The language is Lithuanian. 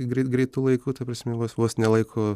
greit greitu laiku ta prasme vos vos nelaiko